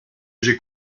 j’aie